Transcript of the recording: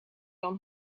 dan